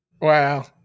wow